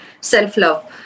Self-love